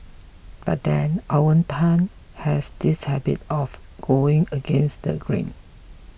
but then Owen Tan has this habit of going against the grain